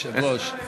אדוני היושב-ראש,